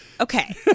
Okay